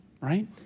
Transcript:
right